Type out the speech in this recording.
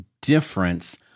difference